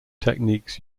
techniques